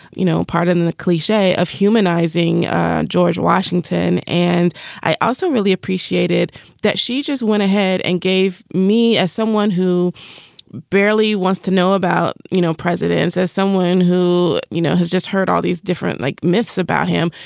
you know, pardon the cliche of humanizing george washington and i also really appreciated that she just went ahead and gave me, as someone who barely wants to know about, you know, presidents, as someone who, you know, has just heard all these different like myths about him,